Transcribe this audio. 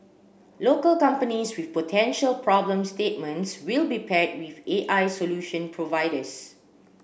local companies with potential problem statements will be paired with A I solution providers